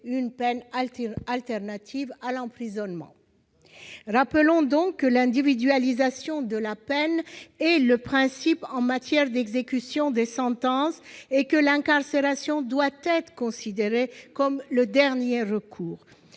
une peine alternative à l'emprisonnement. Rappelons donc que l'individualisation de la peine est le principe en matière d'exécution des sentences et que l'incarcération doit être considérée comme le dernier recours.